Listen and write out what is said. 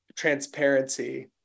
transparency